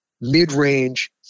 mid-range